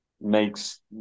makes